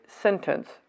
sentence